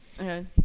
Okay